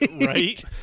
right